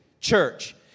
church